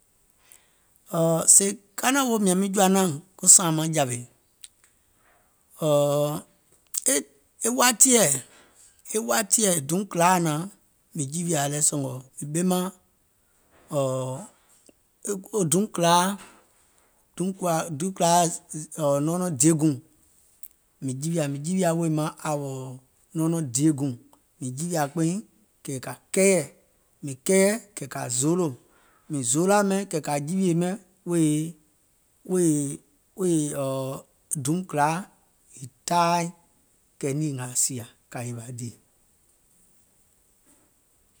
Ɔ̀ɔ̀ sèè ka naȧŋ woò mìȧŋ miŋ jɔ̀ȧ naȧŋ ko sȧȧŋ maŋjȧwè, ɔ̀ɔ̀ɔ̀, e e watiɛ̀ e watiɛ̀ duùm kìlaȧ naȧŋ mìŋ jiwiȧ lɛ sɔ̀ngɔ̀ duùm kìlaȧ nɔɔnɔŋ diè guùŋ mìŋ jiwiȧ, mìŋ jiwiȧ wèè maŋ hour nɔɔnɔŋ diè guùŋ, mìŋ jiwiȧ kpeìŋ kɛ̀ kȧ kɛɛyɛ̀, mìŋ kɛɛƴɛ̀ kɛ̀ kȧ zoolò, mìŋ zoolȧ bɛìŋ kɛ̀ kȧ jiwiè ɓɛìŋ wèè wèè wèè wèè wèè duùm kìlaȧ è taai kɛ̀ nìì ngȧȧ sìȧ kȧ yèwȧ dìì.